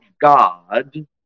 God